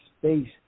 space